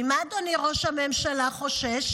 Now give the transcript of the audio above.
ממה אדוני ראש הממשלה חושש?